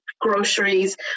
groceries